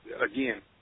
again